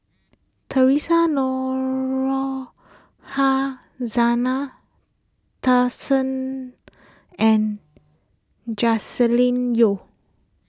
theresa Noronha Zena and Joscelin Yeo